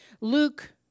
Luke